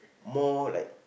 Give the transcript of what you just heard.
more like